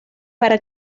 para